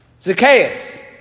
Zacchaeus